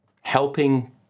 helping